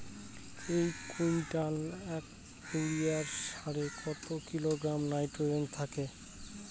এক quintal urea সারে কত কিলোগ্রাম নাইট্রোজেন থাকে?